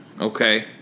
Okay